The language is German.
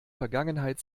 vergangenheit